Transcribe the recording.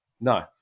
No